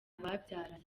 babyaranye